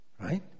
Right